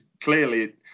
clearly